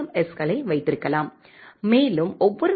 ஸ்ஐ வைத்திருக்கலாம் மேலும் ஒவ்வொரு வி